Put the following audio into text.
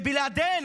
ובלעדיהן,